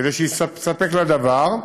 כדי שתספק לה דבר,